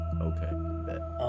Okay